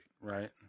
Right